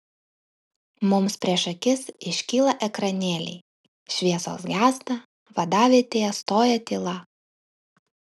mums prieš akis iškyla ekranėliai šviesos gęsta vadavietėje stoja tyla